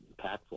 impactful